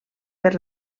per